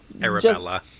Arabella